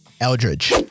Eldridge